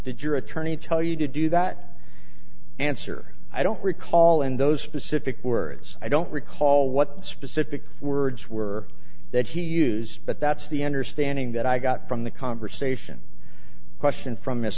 did your attorney tell you to do that answer i don't recall in those specific words i don't recall what the specific words were that he used but that's the ender standing that i got from the conversation question from is